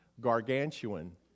gargantuan